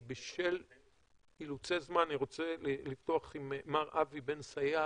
בשל אילוצי זמן אני רוצה לפתוח עם מר אבי בן אסאייג,